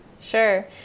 sure